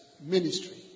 Ministry